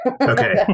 Okay